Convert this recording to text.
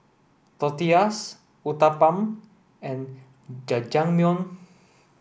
Tortillas Uthapam and Jajangmyeon